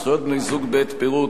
זכויות בני-זוג בעת פירוד),